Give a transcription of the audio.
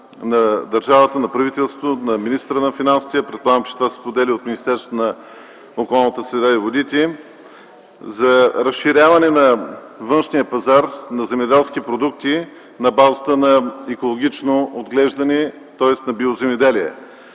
на държавата, на правителството, на министъра на финансите, а предполагам, че това се споделя и от Министерството на околната среда и водите, за разширяване на външния пазар на земеделски продукти на базата на екологично отглеждане, тоест на биоземеделие.